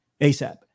asap